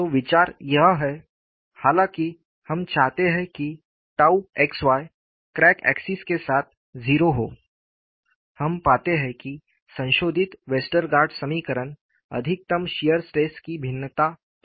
तो विचार यह है हालांकि हम चाहते हैं कि टाउ xy क्रैक एक्सिस के साथ जीरो हो हम पाते हैं कि संशोधित वेस्टरगार्ड समीकरण अधिकतम शियर स्ट्रेस की भिन्नता प्रदान नहीं करते हैं